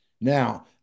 Now